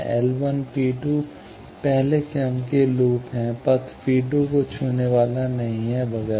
L पहला पहले क्रम के लूप है पथ पी 2 को छूने वाला नहीं है वगैरह